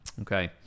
Okay